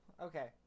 Okay